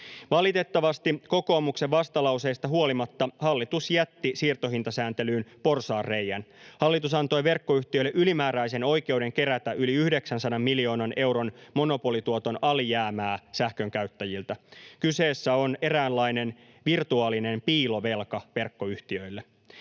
Valitettavasti kokoomuksen vastalauseista huolimatta hallitus jätti siirtohintasääntelyyn porsaanreiän. Hallitus antoi verkkoyhtiöille ylimääräisen oikeuden kerätä yli 900 miljoonaa euroa monopolituoton alijäämää sähkönkäyttäjiltä. Kyseessä on eräänlainen virtuaalinen piilovelka verkkoyhtiöille.